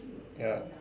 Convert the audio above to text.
ya